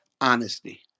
honesty